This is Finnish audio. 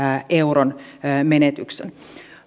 euron menetyksen